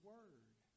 Word